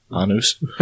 anus